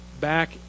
back